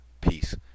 Peace